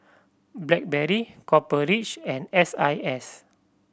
Blackberry Copper Ridge and S I S